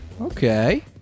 Okay